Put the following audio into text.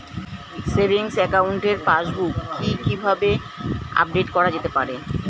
Savings একাউন্টের passbook কি কিভাবে আপডেট করা যেতে পারে?